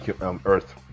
earth